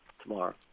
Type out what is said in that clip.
tomorrow